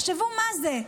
תחשבו מה זה,